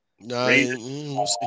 No